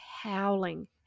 howling